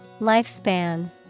Lifespan